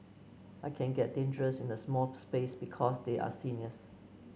I can get dangerous in a small space because they are seniors